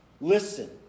listen